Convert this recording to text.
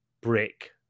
brick